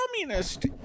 communist